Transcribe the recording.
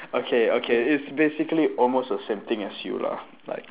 okay okay it's basically almost the same thing as you lah like